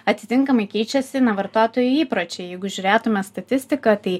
atitinkamai keičiasi vartotojų įpročiai jeigu žiūrėtume statistiką tai